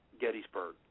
Gettysburg